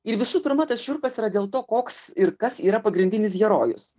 ir visų pirma tas šiurpas yra dėl to koks ir kas yra pagrindinis herojus